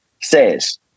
says